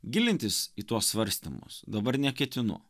gilintis į tuos svarstymus dabar neketinu